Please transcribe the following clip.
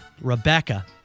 Rebecca